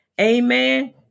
amen